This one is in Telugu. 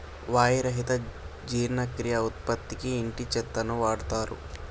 వాయి రహిత జీర్ణక్రియ ఉత్పత్తికి ఇంటి చెత్తను వాడుతారు